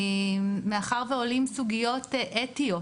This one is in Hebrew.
מאחר ועולים סוגיות אתיות,